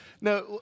Now